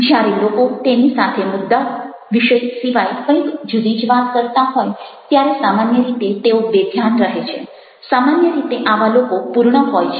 જ્યારે લોકો તેની સાથે મુદ્દા વિષય સિવાય કંઈક જુદી જ વાત કરતા હોય ત્યારે સામાન્ય રીતે તેઓ બેધ્યાન રહે છે સામાન્ય રીતે આવા લોકો પૂર્ણ હોય છે